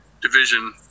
division